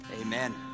amen